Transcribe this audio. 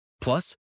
Plus